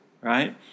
right